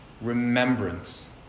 Remembrance